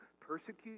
persecute